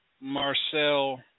Marcel